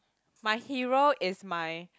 my hero is my